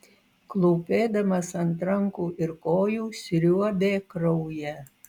klūpėdamas ant rankų ir kojų sriuobė kraują